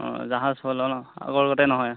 অঁ জাহাজ চলে ন আগৰ গটে নহয়